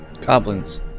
Goblins